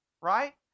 right